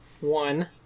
One